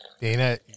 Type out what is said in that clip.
Dana